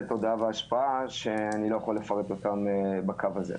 תודעה וההשפעה שאני לא יכול לפרט אותם בקו הזה.